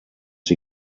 sie